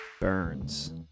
Burns